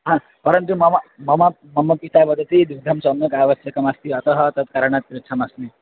हा परन्तु मम मम मम पिता वदति दुग्धं सम्यक् आवश्यकमस्ति अतः तस्मात् करणात् पृच्छन्नस्मि